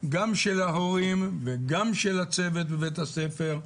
גם של ההורים וגם של הצוות בבית הספר,